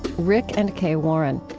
rick and kay warren.